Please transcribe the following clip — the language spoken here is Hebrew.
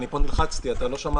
אני נלחצתי, אתה לא שמעת.